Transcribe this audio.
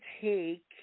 take